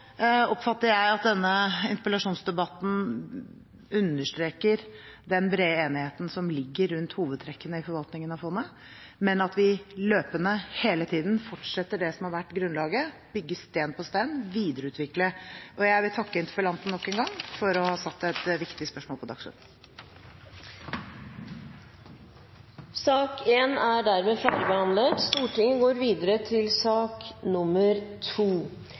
oppfatter jeg at denne interpellasjonsdebatten understreker den brede enigheten som ligger rundt hovedtrekkene i forvaltningen av fondet, men at vi løpende, hele tiden, fortsetter det som har vært grunnlaget – bygge sten på sten og videreutvikle. Jeg vil takke interpellanten nok en gang for å ha satt et viktig spørsmål på dagsordenen. Da er debatten i sak nr. 1 avsluttet. Etter ønske fra næringskomiteen vil presidenten foreslå at taletiden begrenses til